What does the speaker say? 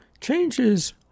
changes